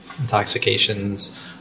Intoxications